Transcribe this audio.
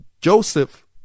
Joseph